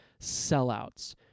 sellouts